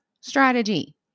strategy